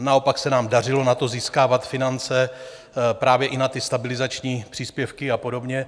Naopak se nám dařilo na to získávat finance, právě i na stabilizační příspěvky a podobně.